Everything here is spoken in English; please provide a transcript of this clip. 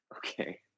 Okay